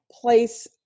place